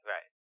Right